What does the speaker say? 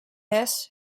this